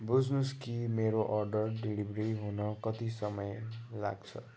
बुझ्नुहोस् कि मेरो अर्डर डेलिभरी हुन कति समय लाग्छ